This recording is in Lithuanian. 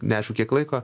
neaišku kiek laiko